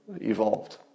evolved